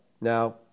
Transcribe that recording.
Now